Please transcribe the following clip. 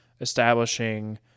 establishing